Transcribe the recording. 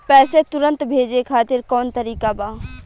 पैसे तुरंत भेजे खातिर कौन तरीका बा?